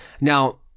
Now